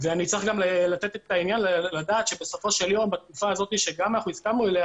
ואני צריך לדעת שבסופו של יום בתקופה הזאת שהסכמנו עליה